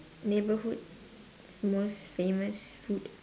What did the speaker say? neighbourhood most famous food